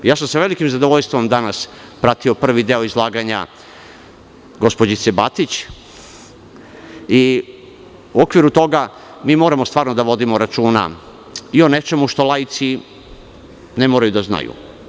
Sa velikim zadovoljstvom sam danas pratio prvi deo izlaganja gospođice Batić i u okviru toga moramo stvarno da vodimo računa i o nečemu što laici ne moraju da znaju.